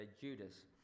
Judas